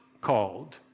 called